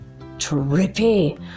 trippy